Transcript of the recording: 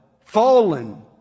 fallen